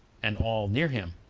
and all near him.